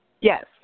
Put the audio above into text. Yes